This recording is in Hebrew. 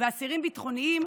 ואסירים ביטחוניים,